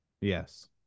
Yes